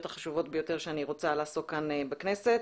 החשובות ביותר שאני רוצה לעסוק בהן בכנסת,